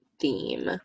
theme